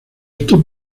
esto